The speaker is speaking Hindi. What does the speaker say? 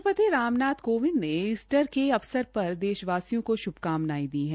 राष्ट्रपति रामनाथ कोविंद ने ईस्टर के अवसर पर देशवासियों को श्भकामनायें दी है